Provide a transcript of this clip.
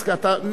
אני מתנגד.